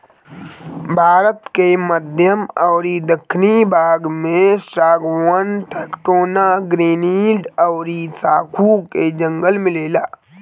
भारत के मध्य अउरी दखिन भाग में सागवान, टेक्टोना, ग्रैनीड अउरी साखू के जंगल मिलेला